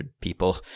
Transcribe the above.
people